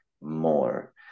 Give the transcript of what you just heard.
more